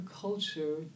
culture